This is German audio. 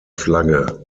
flagge